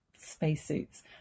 spacesuits